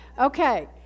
Okay